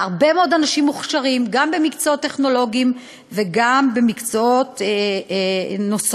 והרבה מאוד אנשים מוכשרים גם במקצועות טכנולוגיים וגם במקצועות נוספים.